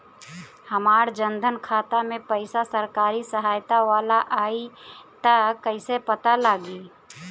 हमार जन धन खाता मे पईसा सरकारी सहायता वाला आई त कइसे पता लागी?